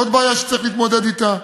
עוד בעיה שצריך להתמודד אתה.